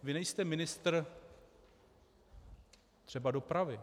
Vy nejste ministr třeba dopravy.